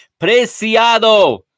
Preciado